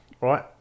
right